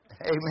Amen